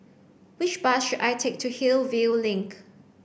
which bus should I take to Hillview Link